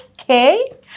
Okay